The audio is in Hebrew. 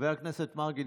חבר הכנסת מרגי,